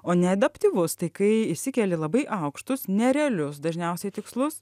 o neadaptyvus tai kai išsikeli labai aukštus nerealius dažniausiai tikslus